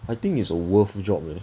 I think is a worth job leh